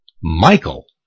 Michael